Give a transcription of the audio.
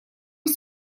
все